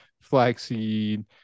flaxseed